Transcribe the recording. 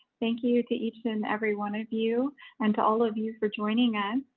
thank you to each and every one of you and to all of you for joining us.